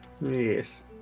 Yes